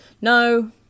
No